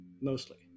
mostly